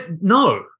no